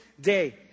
day